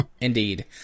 indeed